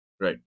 Right